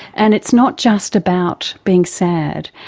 and it's not just about being sad.